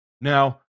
Now